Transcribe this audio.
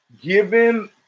given